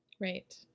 Right